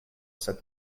sed